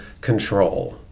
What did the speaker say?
control